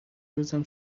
روزم